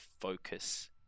focus